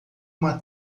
uma